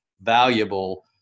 valuable